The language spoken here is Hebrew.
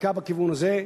בחקיקה בכיוון הזה.